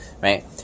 right